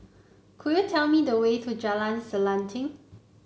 could you tell me the way to Jalan Selanting